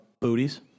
Booties